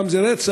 גם זה רצח,